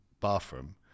bathroom